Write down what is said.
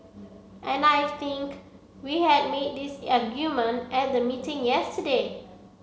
and I think we had made this argument at the meeting yesterday